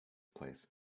place